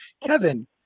Kevin